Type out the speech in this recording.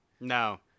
No